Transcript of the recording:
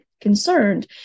concerned